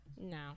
no